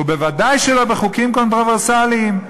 וודאי בחוקים קונטרוברסליים,